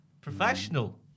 Professional